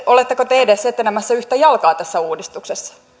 oletteko te edes etenemässä yhtä jalkaa tässä uudistuksessa